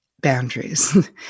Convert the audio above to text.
boundaries